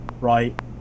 right